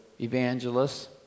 evangelists